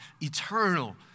eternal